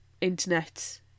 internet